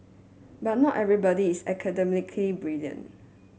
but not everybody is academically brilliant